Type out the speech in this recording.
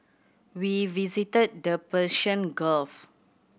we visited the Persian Gulf